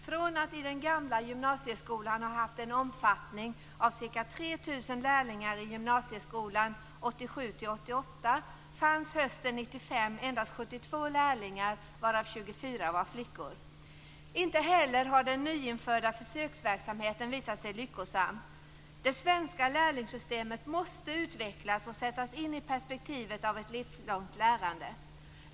Från att i den gamla gymnasieskolan ha haft en omfattning av ca 3 000 lärlingar i gymnasieskolan 1987/88 fanns hösten 1995 endast 72 lärlingar varav 24 var flickor. Inte heller har den nyinförda försöksverksamheten visat sig lyckosam. Det svenska lärlingssystemet måste utvecklas och sättas in i perspektivet av ett livslångt lärande.